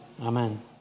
amen